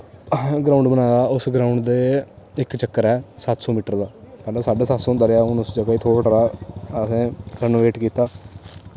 असें ग्राउंड बनाया उस ग्राउंड दे इक चक्कर ऐ सत्त सौ मीटर दा पैह्लें साड्डे सत्त सौ मीटर दा होंदा रेहा हून उस जगह् गी असें थोह्ड़ा रेहा असें रेइनोवेट कीता